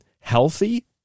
healthy